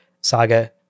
Saga